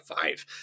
five